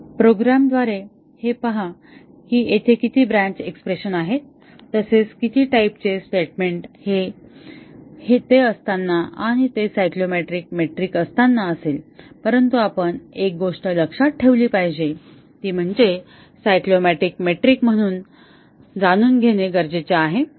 प्रोग्रॅमद्वारे हे पहा की येथे किती ब्रँच एक्स्प्रेशन आहेत तसेच किती टाईप चे स्टेटमेंट हे ते असताना आणि ते सायक्लोमॅटिक मेट्रिक असताना असेल परंतु आपण एक गोष्ट लक्षात ठेवली पाहिजे ती म्हणजे सायक्लोमॅटिक मेट्रिक जाणून घेणे गरजेचे आहे